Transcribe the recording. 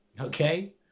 okay